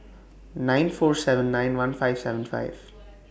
nine four seven nine one five seven five